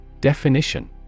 Definition